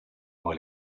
all